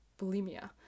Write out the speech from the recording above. bulimia